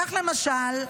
כך למשל,